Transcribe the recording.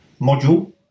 module